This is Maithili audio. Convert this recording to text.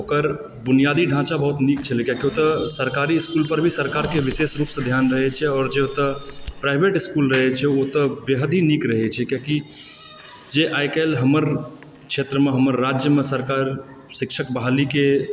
ओकर बुनियादी ढाँचा बहुत नीक छलए किआकि ओतऽ सरकारी इसकुल पर भी सरकारके विशेष रूप से ध्यान रहए छै आओर जे ओतऽ प्राइवेट इसकुल रहए अछि ओ तऽ बेहद ही नीक रहए छै किआकि जे आइकाल्हि हमर क्षेत्रमे हमर राज्यमे सरकार शिक्षक बहालीके